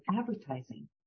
advertising